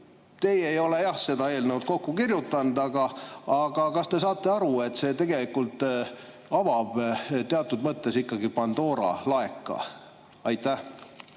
Teie ei ole jah seda eelnõu kokku kirjutanud, aga kas te saate aru, et see tegelikult avab teatud mõttes ikkagi Pandora laeka? Suur